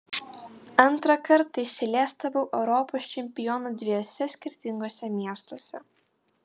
antrą kartą iš eilės tapau europos čempionu dviejuose skirtinguose miestuose